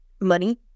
money